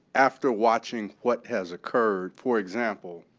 after watching what has occurred for example,